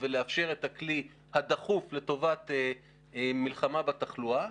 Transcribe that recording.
ולאפשר את הכלי הדחוף לטובת מלחמה בתחלואה